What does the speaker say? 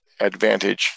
advantage